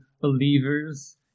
believers